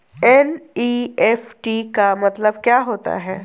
NEFT का मतलब क्या होता है?